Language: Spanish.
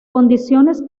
condiciones